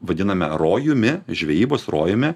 vadiname rojumi žvejybos rojumi